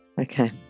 okay